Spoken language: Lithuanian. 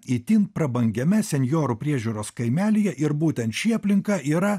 itin prabangiame senjorų priežiūros kaimelyje ir būtent ši aplinka yra